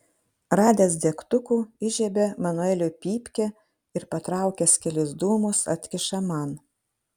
radęs degtukų įžiebia manueliui pypkę ir patraukęs kelis dūmus atkiša man